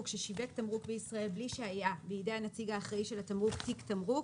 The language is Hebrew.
ששיווק תמרוק בישראל בלי שהיה בידי הנציג האחראי של התמרוק תיק תמרוק"